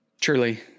truly